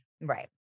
Right